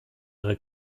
ihre